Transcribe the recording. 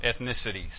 ethnicities